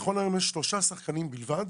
נכון להיום יש שלושה שחקנים בלבד,